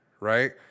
right